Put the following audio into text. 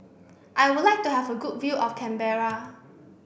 I would like to have a good view of Canberra